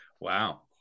wow